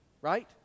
right